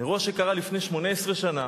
אירוע שקרה לפני 18 שנה.